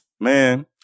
Man